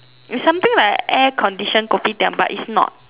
is something like an air conditioned kopitiam but it's not